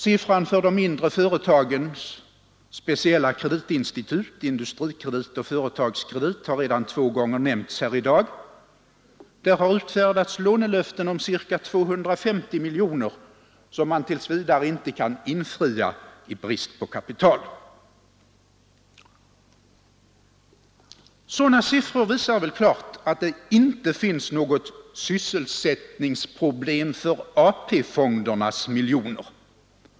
Siffran för de mindre företagens speciella kreditinstitut, Industrikredit och Företagskredit, har 43 redan två gånger nämnts här i dag. Det har utfärdats lånelöften om ca 250 miljoner kronor, som man tills vidare inte kan infria i brist på kapital. Sådana siffror visar väl klart att det inte finns något sysselsättningsproblem för AP-fondernas miljoner.